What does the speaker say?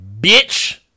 bitch